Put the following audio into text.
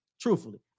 Truthfully